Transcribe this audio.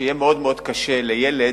שיהיה מאוד מאוד קשה לילד